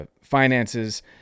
finances